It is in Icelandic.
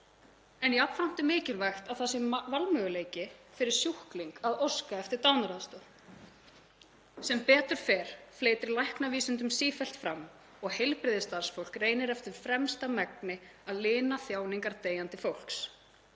val. Jafnframt er mikilvægt að það sé valmöguleiki fyrir sjúkling að óska eftir dánaraðstoð. Sem betur fer fleygir læknavísindunum sífellt fram og heilbrigðisstarfsfólk reynir eftir fremsta megni að lina þjáningar deyjandi fólks.